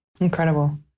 Incredible